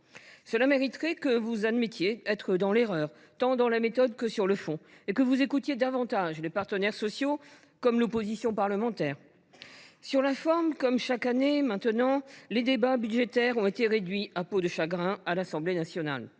Cela mériterait que vous admettiez que vous êtes dans l’erreur, tant sur la méthode que sur le fond. Écoutez davantage les partenaires sociaux et l’opposition parlementaire ! Sur la forme, comme chaque année désormais, les débats budgétaires ont été réduits comme une peau de chagrin à l’Assemblée nationale.